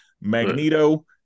Magneto